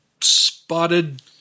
spotted